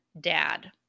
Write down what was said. dad